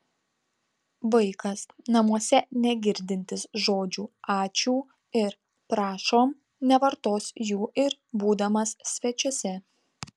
vaikas namuose negirdintis žodžių ačiū ir prašom nevartos jų ir būdamas svečiuose